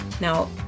Now